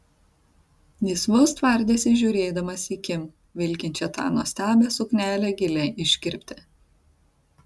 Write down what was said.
jis vos tvardėsi žiūrėdamas į kim vilkinčią tą nuostabią suknelę gilia iškirpte